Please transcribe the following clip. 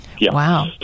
Wow